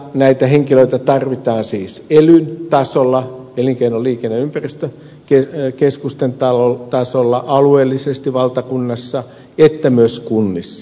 näitä henkilöitä tarvitaan siis sekä elyn tasolla elinkeino liikenne ja ympäristökeskusten tasolla alueellisesti valtakunnassa että myös kunnissa